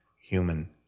human